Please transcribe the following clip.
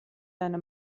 deine